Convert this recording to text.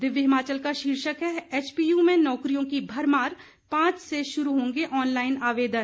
दिव्य हिमाचल का शीर्षक है एचपीयू में नौकरियों की भरमार पांच से शुरू होंगे ऑनलाइन आवेदन